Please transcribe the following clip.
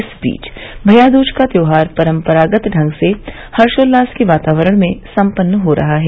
इस बीच भैया दूज का त्योहार परम्परागत ढंग से हर्षोल्लास के वातावरण में संपन्न हो रहा है